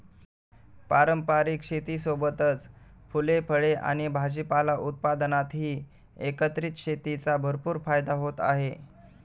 पारंपारिक शेतीसोबतच फुले, फळे आणि भाजीपाला उत्पादनातही एकत्रित शेतीचा भरपूर फायदा होत आहे